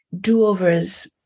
do-overs